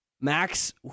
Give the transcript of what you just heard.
Max